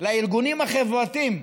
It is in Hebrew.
לארגונים החברתיים,